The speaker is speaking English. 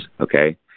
Okay